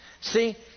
See